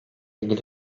ilgili